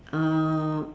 uh